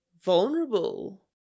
vulnerable